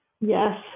Yes